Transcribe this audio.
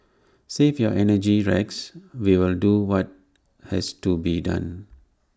save your energy Rex we will do what has to be done